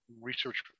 research